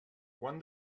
quan